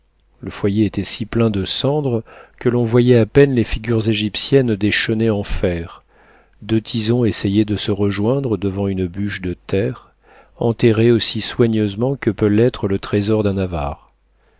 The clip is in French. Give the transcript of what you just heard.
le foyer était si plein de cendres que l'on voyait à peine les figures égyptiennes des chenets en fer deux tisons essayaient de se rejoindre devant une bûche de terre enterrée aussi soigneusement que peut l'être le trésor d'un avare